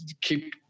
keep